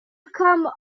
come